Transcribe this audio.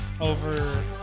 Over